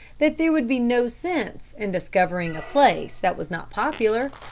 that there would be no sense in discovering a place that was not popular.